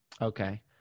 Okay